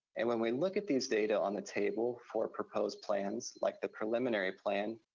and when we look at these data on the table for proposed plans, like the preliminary plan,